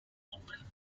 open